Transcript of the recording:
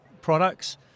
products